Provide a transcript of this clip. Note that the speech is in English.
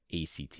ACT